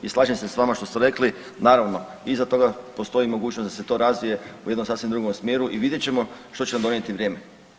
I slažem se s vama što ste rekli, naravno iza toga postoji mogućnost da se to razvije u jednom sasvim drugom smjeru i vidjet ćemo što će nam donijeti vrijeme.